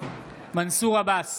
מנסור עבאס,